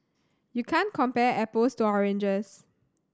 you can't compare apples to oranges